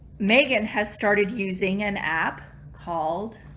megan has started using an app called